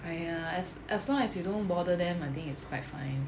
!aiya! as as long as you don't bother them I think it's quite fine